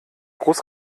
groß